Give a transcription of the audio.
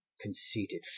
conceited